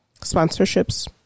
sponsorships